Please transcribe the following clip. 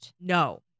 No